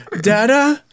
dada